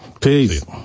Peace